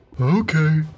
Okay